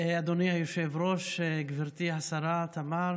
אדוני היושב-ראש, גברתי השרה תמר,